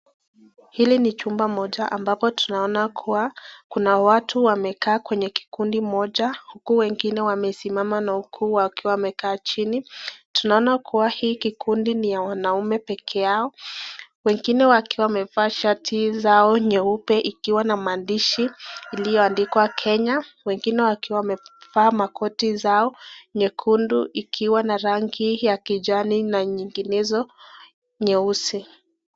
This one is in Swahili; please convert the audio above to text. Hili ni chumba moja ambapo tunaona kuwa kuna watu wamekaa kwenye kikundi moja, huku wengine wamesimama wengine wakiwa wamekaa chini. Tunaona kuwa hii kikundi ni ya wanaume pekee yao, wengine wakiwa wamevaa shati zao nyeupe ikiwa na maandishi iliyo andikwa Kenya, wengine wakiwa wamevaa makoti zao nyekundu ikiwa na rangi ya kijani na nyinginezo nyeusi.